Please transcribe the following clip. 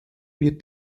wird